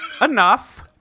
Enough